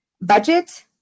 budget